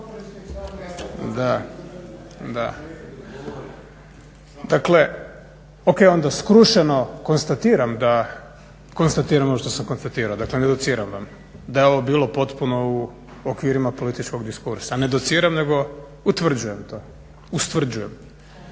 Dakle, ok onda skrušeno konstatiram ovo što sam konstatirao, dakle ne dociram vam, da je ovo bilo potpuno u okvirima političkog diskursa. Ne dociram, nego ustvrđujem to. I u